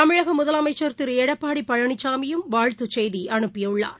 தமிழகமுதலமைச்சர் திருளடப்பாடிபழனிசாமியும் வாழ்த்துச் செய்திஅனுப்பியுள்ளார்